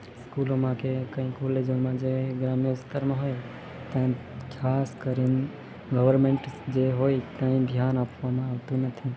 સ્કૂલોમાં કે કંઈ કોલેજોમાં જે ગ્રામ્ય વિસ્તારમાં હોય ત્યાં ખાસ કરીને ગવર્મેન્ટ જે હોય ત્યાં ધ્યાન આપવામાં આવતું નથી